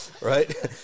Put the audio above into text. right